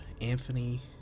Anthony